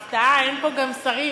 והפתעה: אין פה גם שרים,